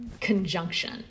conjunction